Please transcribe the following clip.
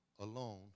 alone